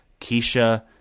Keisha